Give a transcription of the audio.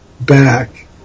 back